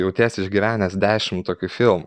jautiesi išgyvenęs dešimt tokių filmų